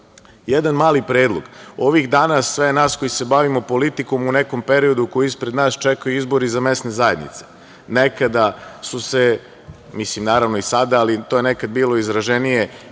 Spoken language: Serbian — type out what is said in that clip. Jedan mali predlog, ovih danas sve nas koji se bavimo politikom u nekom periodu ispred nas čekaju izbori za mesne zajednice. Nekada su se, naravno i sada, ali to je nekada bilo izraženije,